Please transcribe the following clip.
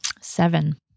Seven